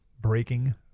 Breaking